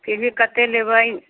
सीधे कतेक लेबै